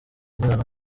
umwana